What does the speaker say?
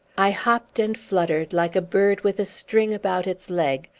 i hopped and fluttered, like a bird with a string about its leg,